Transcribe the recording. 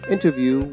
Interview